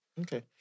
Okay